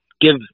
give